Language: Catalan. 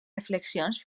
reflexions